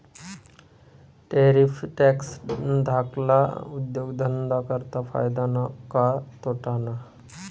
Tariff tax धाकल्ला उद्योगधंदा करता फायदा ना का तोटाना?